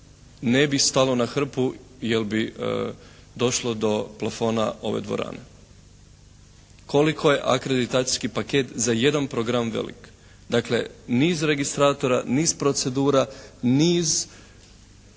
ne bi stalno na hrpu jer bi došlo do plafona ove dvorane. Koliko je akreditacijski paket za jedan program veliki. Dakle niz registratora, niz procedura, niz